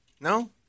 No